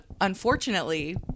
unfortunately